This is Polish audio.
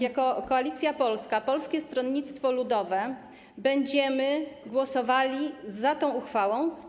Jako Koalicja Polska - Polskie Stronnictwo Ludowe będziemy głosowali za tą uchwałą.